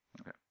okay